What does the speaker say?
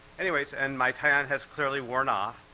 anyways, and my tan has clearly worn off,